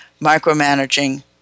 micromanaging